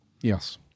yes